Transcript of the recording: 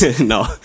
no